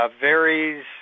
varies